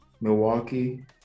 Milwaukee